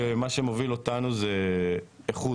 שמה שמוביל אותנו זה האיכות,